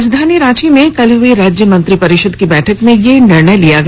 राजधानी रांची में कल हई राज्य मंत्रिपरिषद की बैठक में यह निर्णय लिया गया